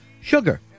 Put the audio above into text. sugar